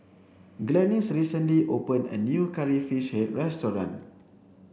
Glennis recently opened a new curry fish head restaurant